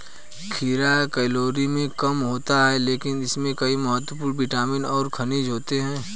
खीरा कैलोरी में कम होता है लेकिन इसमें कई महत्वपूर्ण विटामिन और खनिज होते हैं